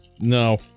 No